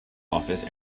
office